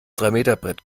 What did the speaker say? dreimeterbrett